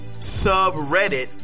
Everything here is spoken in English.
subreddit